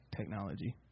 technology